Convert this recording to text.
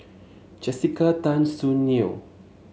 Jessica Tan Soon Neo